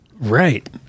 Right